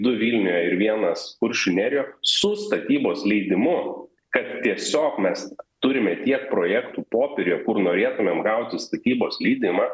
du vilniuje ir vienas kuršių nerijo su statybos leidimu kad tiesiog mes turime tiek projektų popieriuje kur norėtumėm gauti statybos leidimą